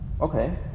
Okay